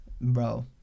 bro